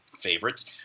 favorites